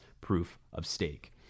proof-of-stake